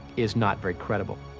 is not very credible.